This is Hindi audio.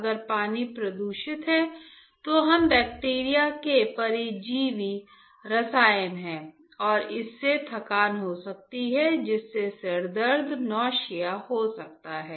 अगर पानी प्रदूषित है तो हम बैक्टीरिया के परजीवी रसायन हैं और इससे थकान हो सकती है जिससे सिरदर्द नौसिया हो सकता है